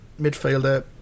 midfielder